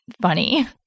funny